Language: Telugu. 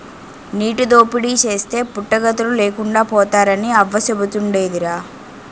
నీటి దోపిడీ చేస్తే పుట్టగతులు లేకుండా పోతారని అవ్వ సెబుతుండేదిరా